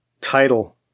Title